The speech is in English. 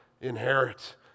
inherit